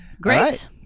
Great